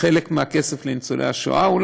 חבר הכנסת דב חנין,